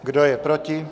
Kdo je proti?